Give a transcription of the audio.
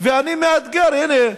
ואני מאתגר: הינה,